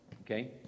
Okay